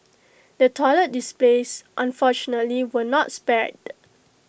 the toilet displays unfortunately were not spared